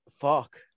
Fuck